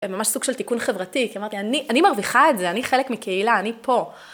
ממש סוג של תיקון חברתי, כי אמרתי, אני מרוויחה את זה, אני חלק מקהילה, אני פה.